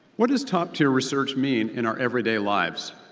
what does top-tier research mean in our everyday lives?